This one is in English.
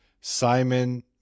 Simon